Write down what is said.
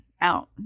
out